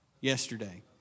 yesterday